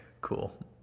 cool